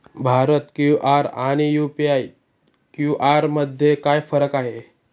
Bharat QR आणि UPI QR मध्ये काय फरक आहे?